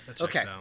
Okay